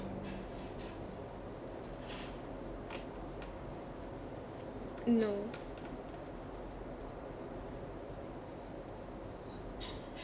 no